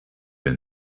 been